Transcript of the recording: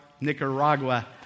Nicaragua